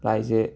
ꯂꯥꯏꯁꯦ